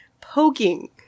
Poking